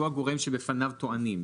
הוא הגורם שבפניו טוענים.